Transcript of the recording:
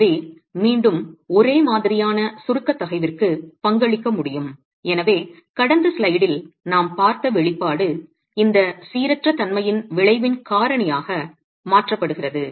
எனவே மீண்டும் ஒரே மாதிரியான சுருக்க தகைவிற்கு பங்களிக்க முடியும் எனவே கடந்த ஸ்லைடில் நாம் பார்த்த வெளிப்பாடு இந்த சீரற்ற தன்மையின் விளைவின் காரணியாக மாற்றப்படுகிறது